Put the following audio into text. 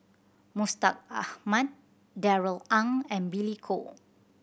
Mustaq Ahmad Darrell Ang and Billy Koh